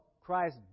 Christ